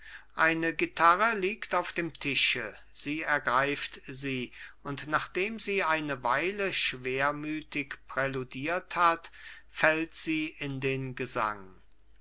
eine gitarre liegt auf dem tische sie ergreift sie und nachdem sie eine weile schwermütig präludiert hat fällt sie in den gesang